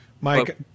Mike